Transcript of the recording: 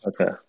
Okay